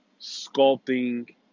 sculpting